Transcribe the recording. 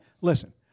Listen